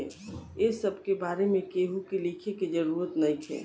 ए सब के बारे में केहू के लिखे के जरूरत नइखे